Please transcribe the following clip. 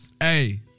hey